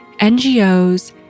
NGOs